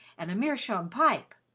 and a meerschaum pipe.